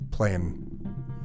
playing